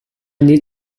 need